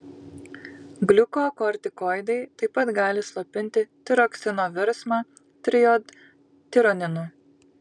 gliukokortikoidai taip pat gali slopinti tiroksino virsmą trijodtironinu